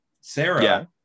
Sarah